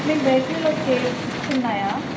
మీ బేకరీలో కేక్స్ ఉన్నాయా